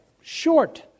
short